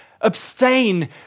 abstain